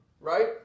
Right